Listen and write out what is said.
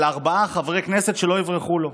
של ארבעה חברי כנסת, שלא יברחו לו.